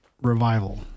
revival